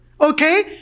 okay